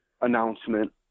announcement